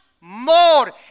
more